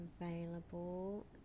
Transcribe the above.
available